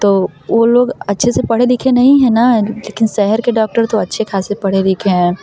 तो वो लोग अच्छे से पढ़े लिखे नहीं है न लेकिन शहर के डॉक्टर तो अच्छे खासे पढ़े लिखे हैं